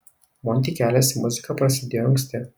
monty kelias į muziką prasidėjo anksti